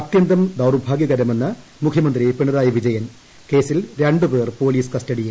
അത്യന്തം ദൌർഭാഗ്യകരമെന്ന് മുഖ്യമന്ത്രി പിണറായി വിജയൻ കേസിൽ ര ്പേർ പോലീസ് കസ്റ്റഡിയിൽ